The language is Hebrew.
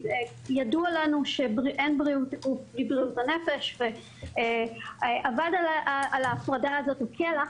ידוע לנו שאין בריאות הגוף בלי בריאות הנפש ואבד על ההפרדה הזו הקלח.